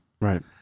Right